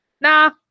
nah